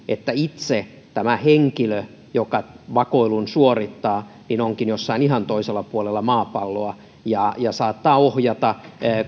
että itse tämä henkilö joka vakoilun suorittaa onkin jossain ihan toisella puolella maapalloa ja ja saattaa ohjata